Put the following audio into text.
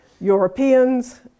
Europeans